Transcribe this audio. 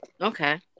Okay